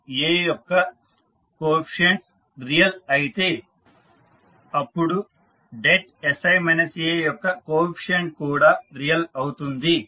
A యొక్క coefficients real అయితే అపుడు sI Aయొక్క కోఎఫీసియంట్ కూడా రియల్ అవుతుంది